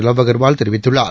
love Agarwal தெரிவித்துள்ளார்